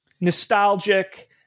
nostalgic